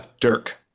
Dirk